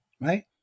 right